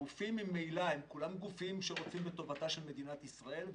הגופים ממילא הם כולם גופים שרוצים את טובתה של מדינת ישראל.